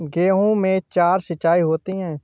गेहूं में चार सिचाई होती हैं